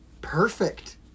perfect